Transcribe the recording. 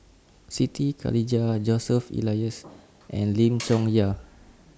Siti Khalijah Joseph Elias and Lim Chong Yah